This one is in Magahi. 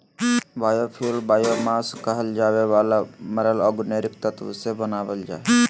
बायोफ्यूल बायोमास कहल जावे वाला मरल ऑर्गेनिक तत्व से बनावल जा हइ